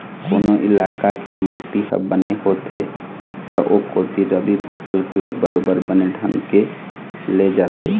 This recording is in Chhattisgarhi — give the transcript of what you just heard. कोनो इलाका के माटी ह बने होथे त ओ कोती रबि फसल घलोक बरोबर बने ढंग के ले जाथे